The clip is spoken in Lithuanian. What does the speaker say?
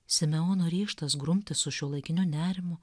simeono ryžtas grumtis su šiuolaikiniu nerimu